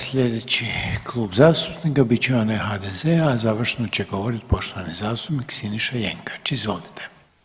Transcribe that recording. Slijedeći Klub zastupnika bit će onaj HDZ-a, a završno će govorit poštovani zastupnik Siniša Jenkač, izvolite.